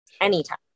anytime